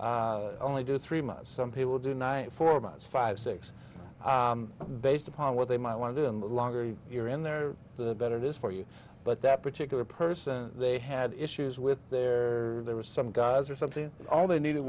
people only do three months some people do night four months five six based upon what they might want to do in the longer you're in there the better it is for you but that particular person they had issues with their there was some guys or something all they needed